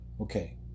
Okay